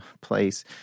place